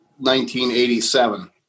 1987